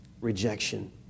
rejection